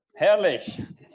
Herrlich